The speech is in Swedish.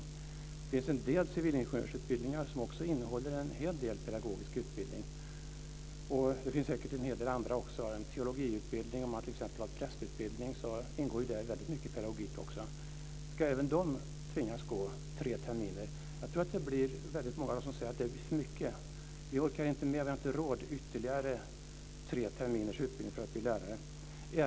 Det finns en del civilingenjörsutbildningar som också innehåller en hel del pedagogisk utbildning, och det finns säkert en hel del andra också. I teologiutbildningen - prästutbildningen - ingår t.ex. väldigt mycket pedagogik. Ska även de tvingas gå tre terminer? Jag tror att det blir väldigt många som säger att det blir för mycket. Vi orkar inte med, och vi har inte råd med ytterligare tre terminers utbildning för att bli lärare.